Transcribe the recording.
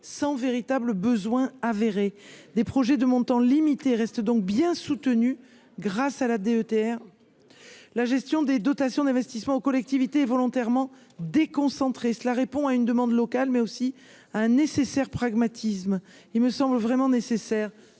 sans véritables besoins avérés des projets de montant limité reste donc bien soutenu, grâce à la DETR, la gestion des dotations d'investissement aux collectivités volontairement déconcentrer, cela répond à une demande locale mais aussi un nécessaire pragmatique. Il me semble vraiment nécessaire